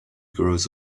grows